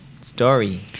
story